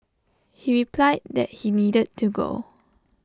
he replied that he needed to go